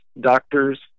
doctors